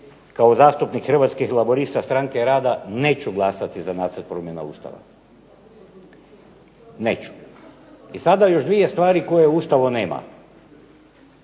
kao zastupnik hrvatskih laburista stranke rada neću glasati za Nacrt promjena Ustava. Neću. I sada još dvije stvari koje u Ustavu nema.